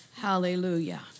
Hallelujah